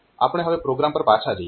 આપણે હવે પ્રોગ્રામ પર પાછા જઈએ